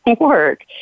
work